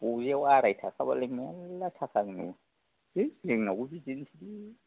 बजायाव आराय थाखा बालाय मेल्ला थाखा नांबावो जोंनावबो बिदिनोसैलै